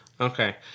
Okay